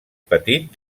petit